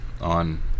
on